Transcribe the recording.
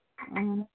إں